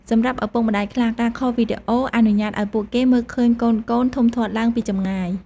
សម្រាប់ឪពុកម្តាយខ្លះ ការខលវីដេអូអនុញ្ញាតឲ្យពួកគេមើលឃើញកូនៗធំធាត់ឡើងពីចម្ងាយ។